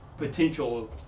Potential